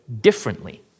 differently